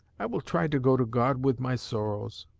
i will try to go to god with my sorrows